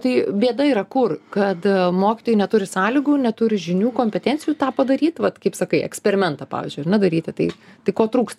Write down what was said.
tai bėda yra kur kad mokytojai neturi sąlygų neturi žinių kompetencijų tą padaryt vat kaip sakai eksperimentą pavyzdžiui ar ne daryti tai tai ko trūksta